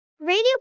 Radio